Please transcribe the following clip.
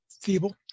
feeble